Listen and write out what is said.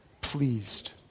pleased